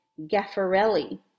Gaffarelli